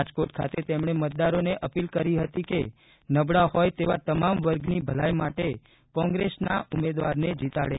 રાજકોટ ખાતે તેમણે મતદારોને અપીલ કરી હતી કે નબળા હોય તેવા તમામ વર્ગની ભલાઇ માટે કોંગ્રેસના ઉમેદવારને જીતાડે